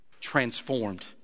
transformed